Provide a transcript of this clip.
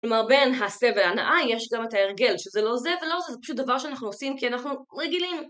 כלומר בין הסבל הנאה יש גם את ההרגל שזה לא זה ולא זה זה פשוט דבר שאנחנו עושים כי אנחנו רגילים